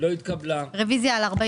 מי נמנע?